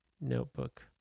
notebook